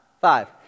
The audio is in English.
Five